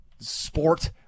Sport